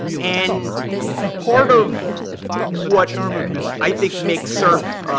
and part of what i think makes sirf,